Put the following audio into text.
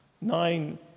nine